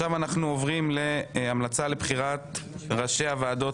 אנחנו עוברים להמלצה לבחירת ראשי הוועדות